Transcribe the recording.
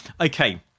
Okay